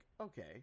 okay